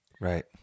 Right